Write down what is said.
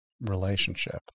relationship